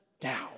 down